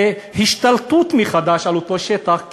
זה השתלטות מחדש על אותו שטח,